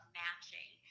matching